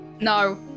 No